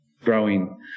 growing